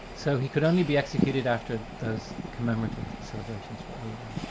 so he could only be executed after those commemorative celebrations were over.